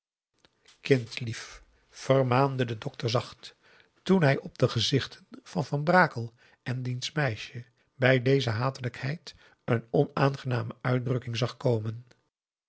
kindlief vermaande de dokter zacht toen hij op de gezichten van van brakel en diens meisje bij deze hatelijkheid een onaangename uitdrukking zag komen